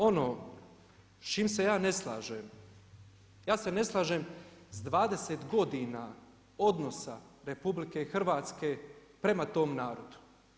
Ono s čime se ja ne slažem, ja se ne slažem sa 20 godina odnosa RH prema tom narodu.